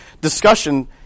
discussion